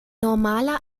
normaler